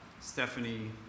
Stephanie